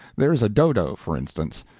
there is a dodo, for instance.